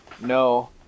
No